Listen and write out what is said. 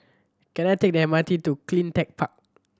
can I take the M R T to Cleantech Park